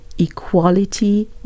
Equality